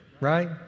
Right